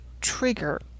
trigger